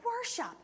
worship